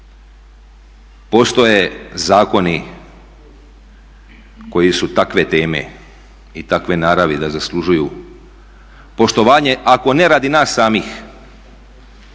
Postoje zakoni koji su takve teme i takve naravi da zaslužuju poštovanje, ako ne radi nas samih,